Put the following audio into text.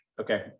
Okay